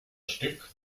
stück